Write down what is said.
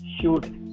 Shoot